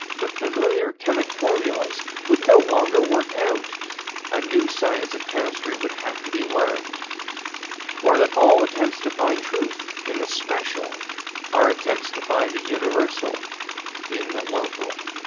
the familiar chemic formulas would no longer work out a new science of chemistry would have to be learned or that all attempts to find truth in the special are attempts to find the universal in the local.